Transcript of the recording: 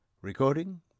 Recording